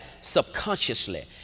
subconsciously